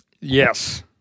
Yes